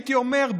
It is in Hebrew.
הייתי אומר,